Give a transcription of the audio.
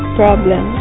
problem